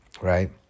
right